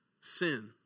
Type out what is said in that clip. sin